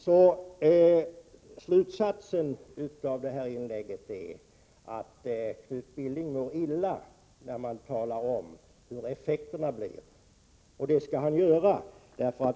Slutsatsen av detta inlägg är att Knut Billing mår illa när man talar om vad effekterna blir — och det skall han göra.